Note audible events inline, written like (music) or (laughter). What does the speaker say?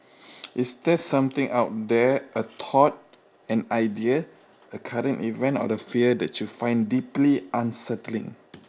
(noise) is there something out there a thought an idea a current event or a fear that you find deeply unsettling